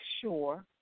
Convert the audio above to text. sure